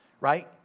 right